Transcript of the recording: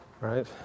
right